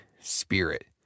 spirit